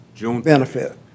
benefit